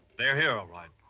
they're here all right.